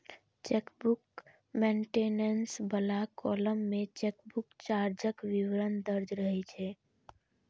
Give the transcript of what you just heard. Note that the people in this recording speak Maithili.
चेकबुक मेंटेनेंस बला कॉलम मे चेकबुक चार्जक विवरण दर्ज रहै छै